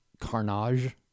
Carnage